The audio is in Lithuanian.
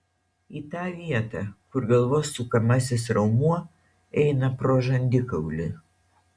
į tą vietą kur galvos sukamasis raumuo eina pro žandikaulį